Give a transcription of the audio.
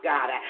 God